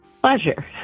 pleasure